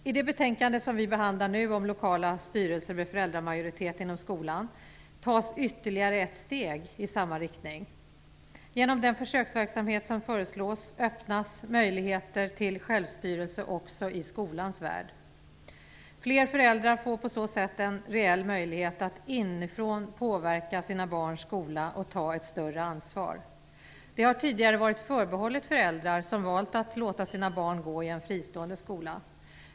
I det betänkande som vi behandlar nu om lokala styrelser med föräldramajoritet inom skolan tas ytterligare ett steg i samma riktning. Genom den försöksverksamhet som föreslås öppnas möjligheter till självstyrelse också i skolans värld. Fler föräldrar får på så sätt en reell möjlighet att inifrån påverka sina barns skola och ta ett större ansvar. Det har tidigare varit förbehållet föräldrar som valt att låta sina barn gå i en fristående skola.